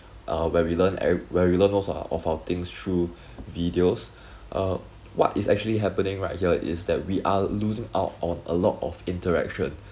uh where we learned uh where we learn of our of our things through videos uh what is actually happening right here is that we are losing out on a lot of interaction